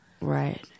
Right